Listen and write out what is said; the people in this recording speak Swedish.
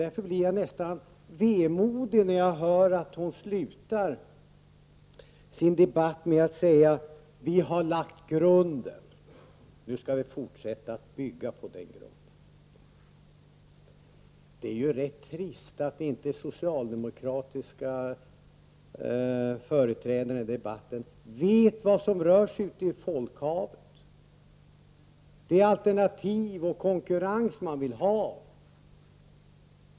Därför blir jag nästan vemodig när jag hör att hon slutar sitt anförande med att säga: Vi har lagt grunden, och nu skall vi fortsätta att bygga på den grunden. Det är rätt trist att inte socialdemokratiska företrädare i debatten vet vad som rör sig ute i folkhavet. Det är alternativ och konkurrens man vill ha.